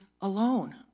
alone